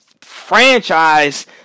franchise